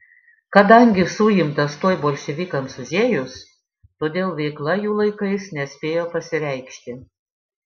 kadangi suimtas tuoj bolševikams užėjus todėl veikla jų laikais nespėjo pasireikšti